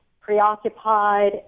preoccupied